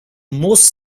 most